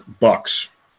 Bucks